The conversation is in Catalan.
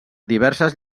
diverses